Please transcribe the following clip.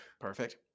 Perfect